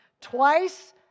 twice